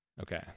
Okay